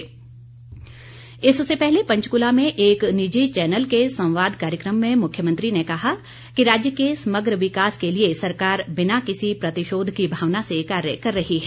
मुख्यमंत्री इससे पहले पंचकूला में एक निजी चैनल के संवाद कार्यक्रम में मुख्यमंत्री ने कहा कि राज्य के समग्र विकास के लिए सरकार बिना किसी प्रतिशोध की भावना से कार्य कर रही है